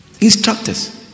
Instructors